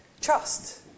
trust